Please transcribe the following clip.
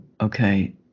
Okay